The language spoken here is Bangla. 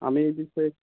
আমি